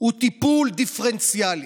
הוא טיפול דיפרנציאלי,